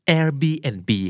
Airbnb